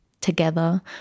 together